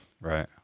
Right